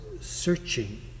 searching